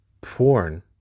porn